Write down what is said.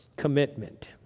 commitment